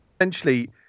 essentially